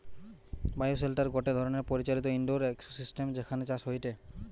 bioshelter গটে ধরণের পরিচালিত ইন্ডোর ইকোসিস্টেম যেখানে চাষ হয়টে